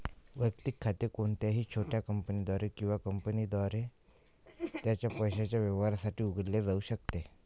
वैयक्तिक खाते कोणत्याही छोट्या कंपनीद्वारे किंवा कंपनीद्वारे त्याच्या पैशाच्या व्यवहारांसाठी उघडले जाऊ शकते